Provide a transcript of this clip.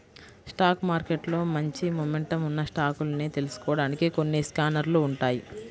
stock మార్కెట్లో మంచి momentum ఉన్న స్టాకుల్ని తెలుసుకోడానికి కొన్ని స్కానర్లు ఉంటాయ్